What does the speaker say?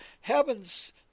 heavens